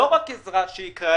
לא רק עזרה כספית